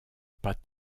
pas